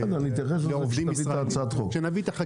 בסדר, נתייחס לזה כשנביא את הצעת החוק.